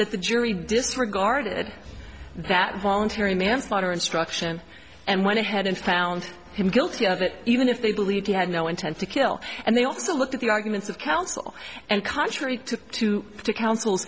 that the jury disregarded that voluntary manslaughter instruction and went ahead and found him guilty of it even if they believed he had no intent to kill and they also looked at the arguments of counsel and contrary to to counsel